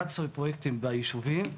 אחת עשרה פרויקטים בישובים.